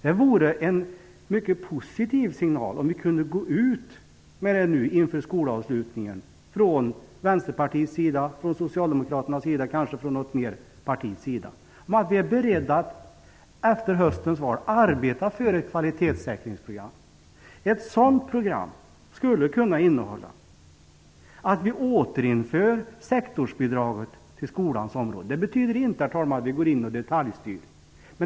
Det vore en mycket positiv signal om vi från Vänsterpartiet, Socialdemokraterna och kanske något mer parti kunde gå ut med det förslaget nu inför skolavslutningen, och att vi är beredda att efter höstens val arbeta för ett kvalitetssäkringsprogram. Ett sådant program skulle kunna innehålla att vi återinför sektorsbidraget till skolan. Det betyder inte att vi går in och detaljstyr.